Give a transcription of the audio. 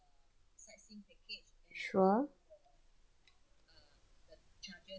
sure